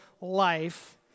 life